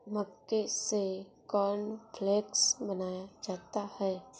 मक्के से कॉर्नफ़्लेक्स बनाया जाता है